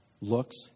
looks